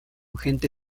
gente